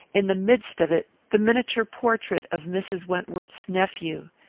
in the midst of it, the miniature portrait of mrs. wentworth's nephew.